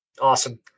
Awesome